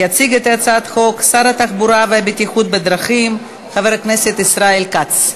יציג את הצעת החוק שר התחבורה והבטיחות בדרכים חבר הכנסת ישראל כץ.